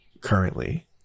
currently